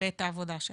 ואת העבודה שלך.